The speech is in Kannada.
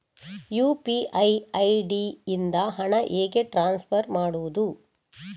ಯು.ಪಿ.ಐ ಐ.ಡಿ ಇಂದ ಹಣ ಹೇಗೆ ಟ್ರಾನ್ಸ್ಫರ್ ಮಾಡುದು?